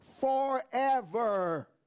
forever